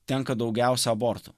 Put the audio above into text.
tenka daugiausiai abortų